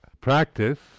Practice